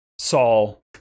Saul